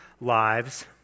lives